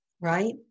right